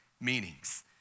meanings